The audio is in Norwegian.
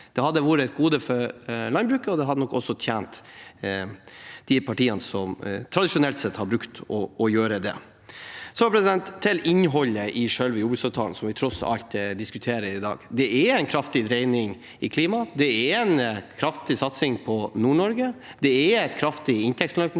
Det hadde vært et gode for landbruket, og det hadde nok også tjent de partiene som tradisjonelt sett har brukt å gjøre det. Så til innholdet i selve jordbruksavtalen, som vi tross alt diskuterer i dag: Det er en kraftig dreining på klima, det er en kraftig satsing på Nord-Norge, det er et kraftig inntektsløft